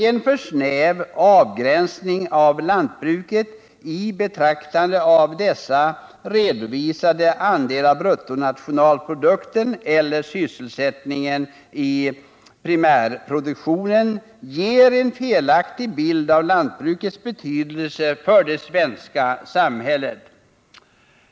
En för snäv avgränsning av lantbruket i betraktande av dess redovisade andel av bruttonationalprodukten eller sysselsättningen i primärproduktionen ger en felaktig bild av lantbrukets betydelse för det svenska samhället.